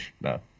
No